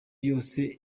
yose